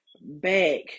back